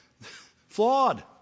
Flawed